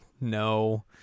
no